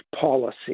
policy